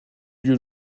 lieu